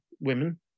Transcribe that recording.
women